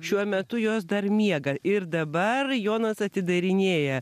šiuo metu jos dar miega ir dabar jonas atidarinėja